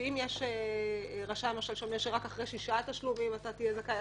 שאם יש רשם שאומר למשל שרק אחרי שישה תשלומים אתה תהיה זכאי,